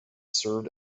served